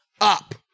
up